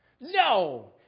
No